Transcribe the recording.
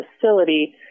facility